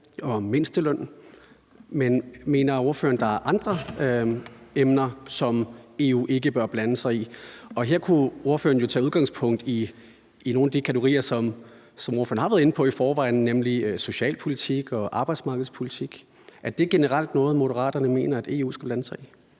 og mindsteløn, men mener ordføreren, at der er andre emner, som EU ikke bør blande sig i? Her kunne ordføreren jo tage udgangspunkt i nogle af de kategorier, som ordføreren har været inde på i forvejen, nemlig socialpolitik og arbejdsmarkedspolitik. Er det generelt noget, Moderaterne mener at EU skal blande sig i?